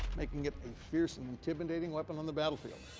making it a fearsome, intimidating weapon on the battlefield.